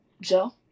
Joe